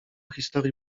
historii